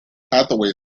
hathaway